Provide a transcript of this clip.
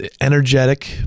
energetic